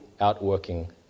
outworking